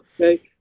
okay